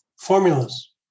Formulas